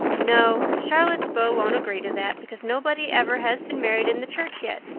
no. charlotte's beau won't agree to that, because nobody ever has been married in the church yet,